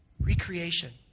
Recreation